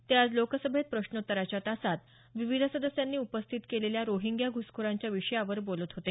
ते आज लोकसभेत प्रश्नोत्तराच्या तासात विविध सदस्यांनी उपस्थित केलेल्या रोहिंग्या घुसखोरांच्या विषयावर बोलत होते